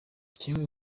kimwe